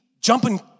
jumping